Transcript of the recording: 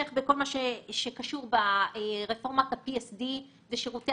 כמו למשל כל מה שקשור ברפורמת ה-PSD ושירותי